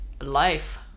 life